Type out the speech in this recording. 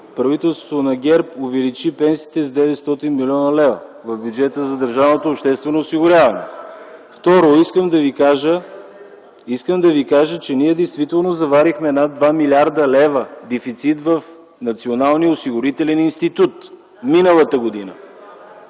правителството на ГЕРБ увеличи пенсиите с 900 млн. лв. в бюджета на държавното обществено осигуряване. Второ, искам да Ви кажа, че ние действително заварихме над 2 млрд. лв. дефицит миналата година